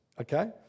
Okay